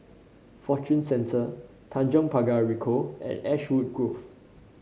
Fortune Centre Tanjong Pagar Ricoh and Ashwood Grove